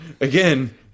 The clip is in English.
again